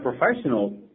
professional